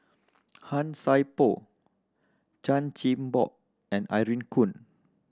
Han Sai Por Chan Chin Bock and Irene Khong